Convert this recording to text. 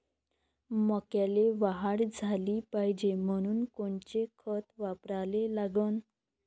मक्याले वाढ झाली पाहिजे म्हनून कोनचे खतं वापराले लागन?